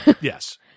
Yes